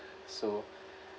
so